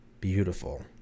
beautiful